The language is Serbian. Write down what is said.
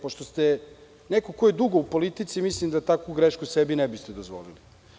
Pošto ste neko ko je dugo u politici, mislim da takvu grešku ne biste sebi dozvolili.